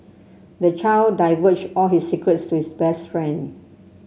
the child divulged all his secrets to his best friend